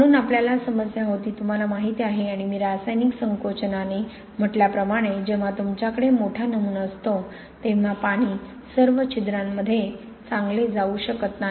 म्हणून आपल्याला समस्या होती तुम्हाला माहिती आहे आणि मी रासायनिक संकोचनाने म्हटल्याप्रमाणे जेव्हा तुमच्याकडे मोठा नमुना असतो तेव्हा पाणी सर्व छिद्रांमध्ये चांगले जाऊ शकत नाही